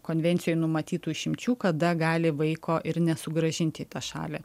konvencijoj numatytų išimčių kada gali vaiko ir nesugrąžinti į tą šalį